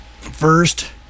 first